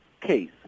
case